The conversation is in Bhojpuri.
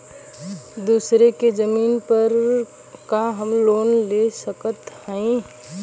दूसरे के जमीन पर का हम लोन ले सकत हई?